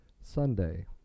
Sunday